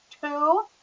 two